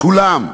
כולם.